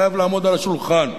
חייב לעמוד על השולחן.